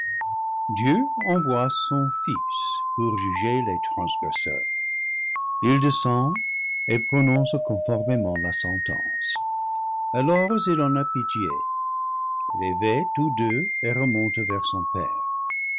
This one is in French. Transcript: dieu envoie son fils pour juger les transgresseurs il descend et prononce conformément la sentence alors il en a pitié les vêt tous deux et remonte vers son père